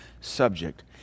subject